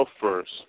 first